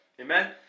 Amen